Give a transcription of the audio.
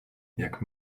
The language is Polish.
jak